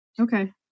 Okay